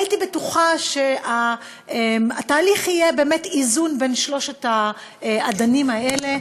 הייתי בטוחה שהתהליך יהיה באמת איזון בין שלושת האדנים האלה,